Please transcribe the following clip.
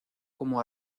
como